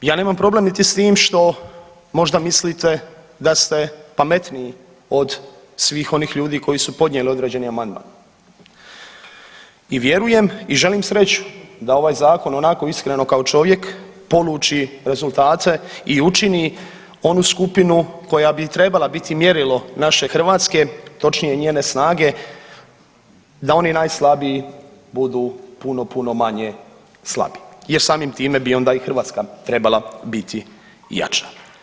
Ja nemam problem niti s tim što možda mislite da ste pametniji od svih onih ljudi koji su podnijeli određeni amandman i vjerujem i želim sreću da ovaj Zakon, onako iskreno, kao čovjek poluči rezultate i učini onu skupinu koja bi trebala biti mjerilo naše Hrvatske, točnije, njene snage, da oni najslabiji bude puno, puno manje slabi jer samim time bi onda i Hrvatska trebala biti jača.